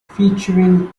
featuring